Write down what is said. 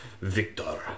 Victor